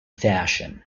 fashion